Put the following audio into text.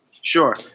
Sure